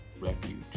Refuge